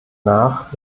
nach